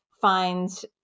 find